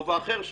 בכובע אחר שלו.